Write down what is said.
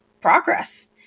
progress